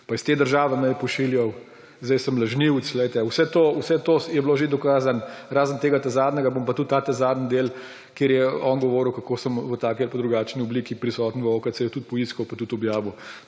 pa iz te države me je pošiljal, zdaj sem lažnivcev, poglejte, vse to je bilo že dokazano, razen tega zadnjega, bom pa tudi ta zadnji del, kjer je on govoril, kako sem v taki ali pa drugačni obliki prisoten v OKC tudi poiskal pa tudi objavil.